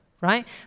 right